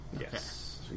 Yes